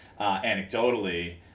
anecdotally